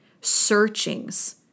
searchings